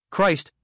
Christ